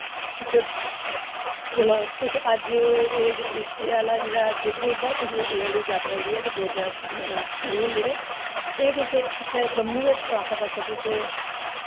ते चलो तुस अज्ज एह् आह्ला जेह्ड़ा ट्रिप ऐ तां तुस एह् आह्ली जात्तरा जेह्ड़ी ऐ दो त्रै दिन न जेह्ड़े एह् तुस जम्मू के इत्थै आस्सै पास्सै तुस